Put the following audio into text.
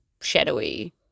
shadowy